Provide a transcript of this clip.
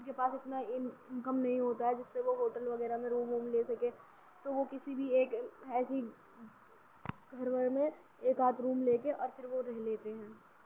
ان کے پاس اتنا انکم نہیں ہوتا ہے جس سے وہ ہوٹل وغیرہ میں روم ووم لے سکیں تو وہ کسی بھی ایک ایسی گھر ور میں ایک آدھ روم لے کے اور پھر وہ رہ لیتے ہیں